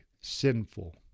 sinful